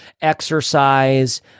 exercise